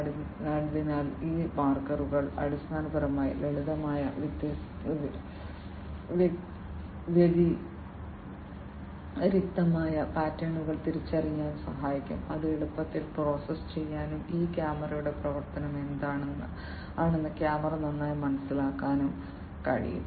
അതിനാൽ ഈ മാർക്കറുകൾ അടിസ്ഥാനപരമായി ലളിതമായ വ്യതിരിക്തമായ പാറ്റേണുകൾ തിരിച്ചറിയാൻ സഹായിക്കും അത് എളുപ്പത്തിൽ പ്രോസസ്സ് ചെയ്യാനും ഈ ക്യാമറയുടെ പ്രവർത്തനം എന്താണെന്ന് ക്യാമറ നന്നായി മനസ്സിലാക്കാനും കഴിയും